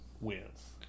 wins